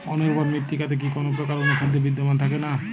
অনুর্বর মৃত্তিকাতে কি কোনো প্রকার অনুখাদ্য বিদ্যমান থাকে না?